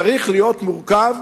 צריך להיות מורכב